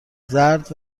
زرد